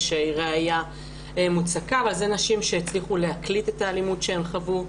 ראיה מוצקה אבל אלה נשים שהצליחו להקליט את האלימות שהן חוו.